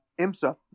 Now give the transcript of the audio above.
Imsa